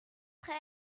prêt